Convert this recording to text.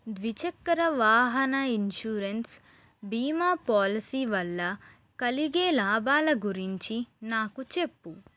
ద్విచక్ర వాహన ఇన్షూరెన్స్ బీమా పాలిసీ వల్ల కలిగే లాభాల గురించి నాకు చెప్పు